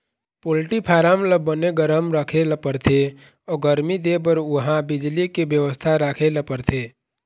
poultry farm ल बने गरम राखे ल परथे अउ गरमी देबर उहां बिजली के बेवस्था राखे ल परथे